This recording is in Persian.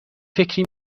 فکری